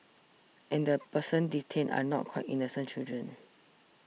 and the persons detained are not quite innocent children